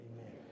Amen